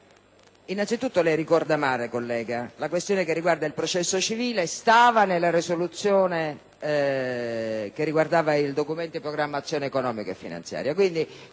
Innanzitutto, lei ricorda male, collega: la questione che riguarda il processo civile stava nella risoluzione approvativa del Documento di programmazione economico-finanziaria.